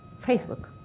Facebook